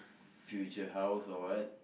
future house or what